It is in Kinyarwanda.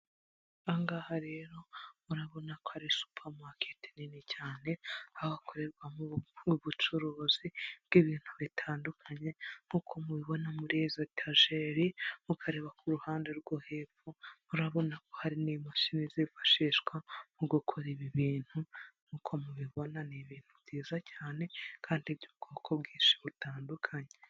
kangaha rero murabona ko ari supamaketi nini cyane aho hakorerwamo ubucuruzi bw'ibintu bitandukanye nk'uko mubibona muri izo etajeri mukareba ku ruhande rwo hepfo murabona ko hari n'imashini zifashishwa mu gukora ibi bintu nk'uko mubibona ni ibintu byiza cyane kandi by'ubwoko bwinshi butandukanye.